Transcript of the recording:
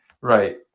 Right